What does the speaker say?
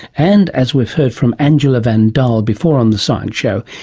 and, as we've heard from angela van daal before on the science show,